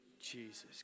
Jesus